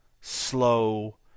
Slow